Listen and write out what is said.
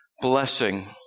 blessing